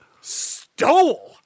stole